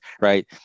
Right